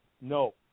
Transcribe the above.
No